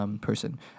person